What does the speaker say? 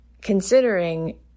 considering